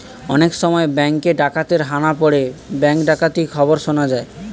অনেক সময় ব্যাঙ্কে ডাকাতের হানা পড়ে ব্যাঙ্ক ডাকাতির খবর শোনা যায়